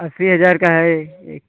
अस्सी हजार का है एक